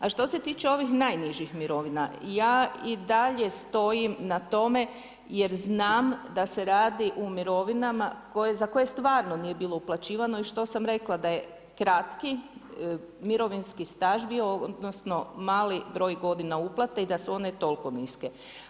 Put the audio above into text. A što se tiče ovih najnižih mirovina, ja i dalje stojim na tome jer znam da se radi o mirovinama za koje stvarno nije bilo uplaćivano i što sam rekla da je kratki mirovinski staž bio odnosno mali broj godina uplate i da su one toliko niske.